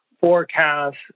forecast